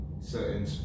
certain